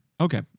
okay